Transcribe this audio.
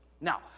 Now